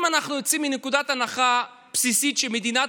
אם אנחנו יוצאים מנקודת הנחה בסיסית שמדינת